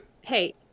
hey